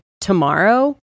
tomorrow